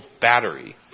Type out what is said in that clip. battery